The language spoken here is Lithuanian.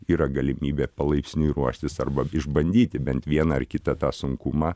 yra galimybė palaipsniui ruoštis arba išbandyti bent vieną ar kitą tą sunkumą